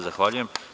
Zahvaljujem.